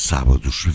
Sábados